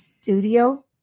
studio